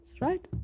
right